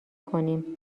کنیم